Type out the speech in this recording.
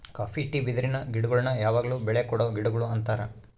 copy tea ಬಿದಿರಿನ ಗಿಡಗುಳ್ನ ಯಾವಗ್ಲು ಬೆಳೆ ಕೊಡೊ ಗಿಡಗುಳು ಅಂತಾರ